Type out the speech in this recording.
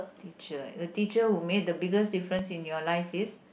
teacher the teacher who make the biggest difference in your life is